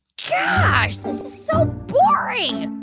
yeah gosh. this is so boring.